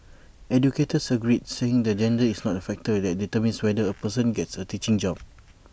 educators agreed saying that gender is not A factor that determines whether A person gets A teaching job